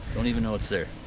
don't even know it's there.